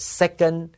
second